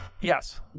Yes